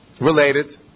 Related